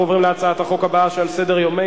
אנחנו עוברים להצעת החוק הבאה שעל סדר-יומנו,